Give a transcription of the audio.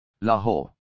Lahore